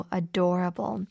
adorable